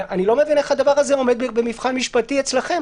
ואני לא מבין איך הדבר הזה עומד במבחן משפטי אצלכם.